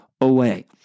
away